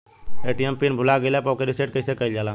ATM pin भूल गईल पर ओके रीसेट कइसे कइल जाला?